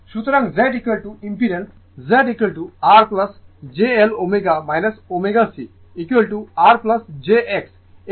সুতরাং Z impedance ZR j L ω ω C R jX এই ফর্মে বলতে পারেন